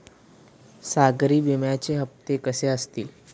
सागरी विम्याचे हप्ते कसे असतील?